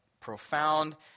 profound